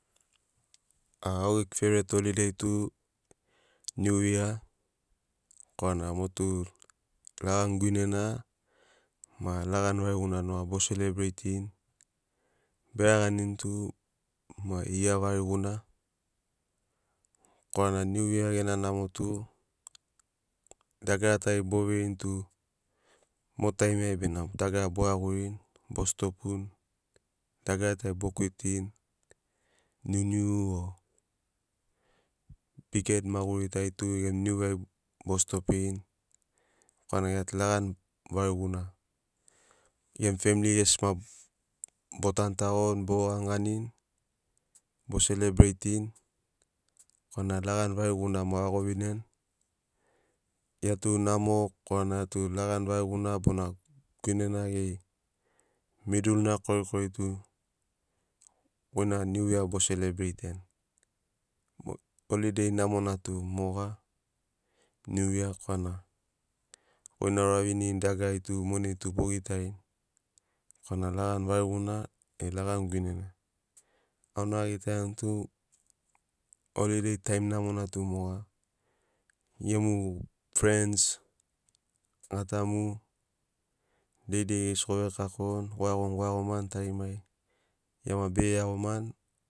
A au gegu favourite holiday tu new year korana motu lagani guinena ma lagani variguna nog abo celebraitirin beraganini tu year variguna korana new year gena namo tu dagara tari boveirini tum o taimi ai bena dagara boiaguirini, bo stopini, dagara tari bo quitirini. Niuniu o biged maguriri taritu gem new year ai bo stopirini korana gia tu lagani variguna gemu femili gesi ma botanu tagoni, bogo ganiganini, bo celebrating korana lagani variguna ma oiago viniani. Giatu namo korana giatu lagani variguna bona guinena geri middle na korikoritu goina new year bo celebratiani holiday namona tu moga new year korana goina ouravinirini dagarari tu monai tu bogi tarini korana lagani variguna e lagani guinena. Auna agitaiani tu holiday taim namona tu moga gemu friends, gatamu deidei gesi gove kakoni goiagoni goiagomani tarimari ma bege iagomani.